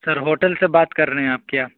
سر hotel سے بات کر رہے ہیں آپ کیا